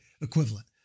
equivalent